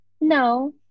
No